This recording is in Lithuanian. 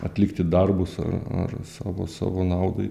atlikti darbus ar ar savo savo naudai